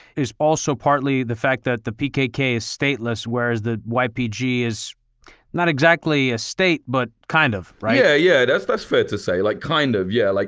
is also partly the fact that the pkk is stateless, whereas the ypg is not exactly a state, but kind of, right? yeah, yeah, that's that's fair to say, like kind kind of, yeah. like